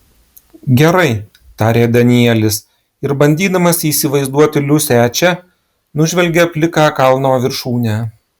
gerai tarė danielis ir bandydamas įsivaizduoti liusę čia nužvelgė pliką kalno viršūnę